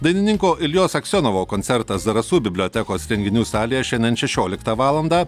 dailininko iljos aksionovo koncertas zarasų bibliotekos renginių salėje šiandien šešioliktą valandą